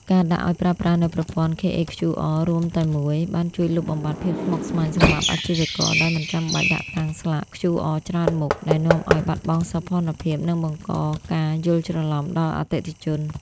ការដាក់ឱ្យប្រើប្រាស់នូវប្រព័ន្ធ KHQR រួមតែមួយ បានជួយលុបបំបាត់ភាពស្មុគស្មាញសម្រាប់អាជីវករ ដោយមិនចាំបាច់ដាក់តាំងស្លាក QR ច្រើនមុខ ដែលនាំឱ្យបាត់បង់សោភ័ណភាព និងបង្កការយល់ច្រឡំដល់អតិថិជន។